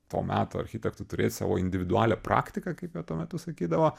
to meto architektų turėt savo individualią praktiką kaip tuo metu sakydavo